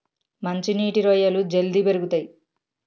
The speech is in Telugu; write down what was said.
మంచి నీటి రొయ్యలు జల్దీ పెరుగుతయ్